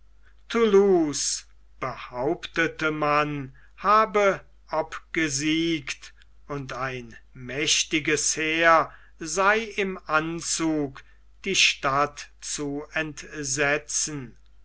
behauptete man habe obgesiegt und ein mächtiges heer sei im anzuge die stadt zu entsetzen